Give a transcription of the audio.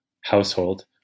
household